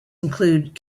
include